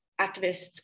activists